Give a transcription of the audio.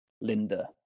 Linda